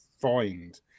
find